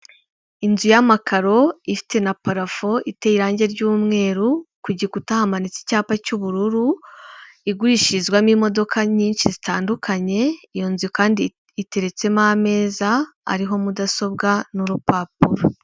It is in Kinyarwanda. Inzu y'amakaro, ifite na parafo, iteye irangi ry'umweru, ku gikuta hamanitse icyapa cy'ubururu, igurishirizwamo imodoka nyinshi zitandukanye, iyo nzu kandi iteretsemo ameza ariho mudasobwa n'urupapuro.